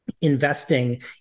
investing